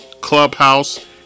Clubhouse